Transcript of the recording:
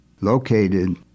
Located